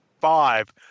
five